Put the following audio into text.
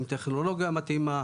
עם טכנולוגיה מתאימה,